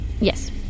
Yes